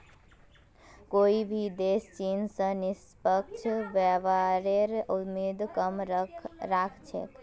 कोई भी देश चीन स निष्पक्ष व्यापारेर उम्मीद कम राख छेक